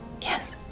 Yes